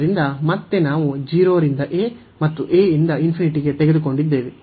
ಆದ್ದರಿಂದ ಮತ್ತೆ ನಾವು 0 ರಿಂದ a ಮತ್ತು a ಇ0 ಗೆ ತೆಗೆದುಕೊಂಡಿದ್ದೇವೆ